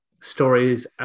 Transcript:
stories